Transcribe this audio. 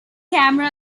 camera